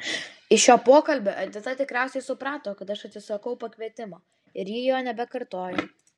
iš šio pokalbio edita tikrai suprato kad aš atsisakau pakvietimo ir ji to nebekartojo